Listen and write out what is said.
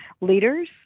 leaders